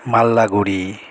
Maldaguri